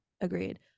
agreed